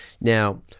Now